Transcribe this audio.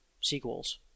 sequels